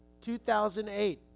2008